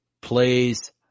plays